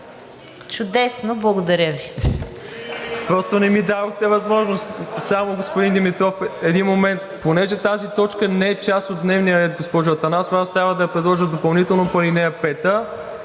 Чудесно! Благодаря Ви.